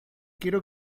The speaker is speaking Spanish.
quiero